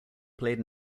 played